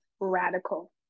radical